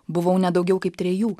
buvau ne daugiau kaip trejų